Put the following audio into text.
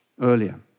earlier